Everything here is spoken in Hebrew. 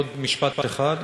עוד משפט אחד.